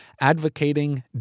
advocating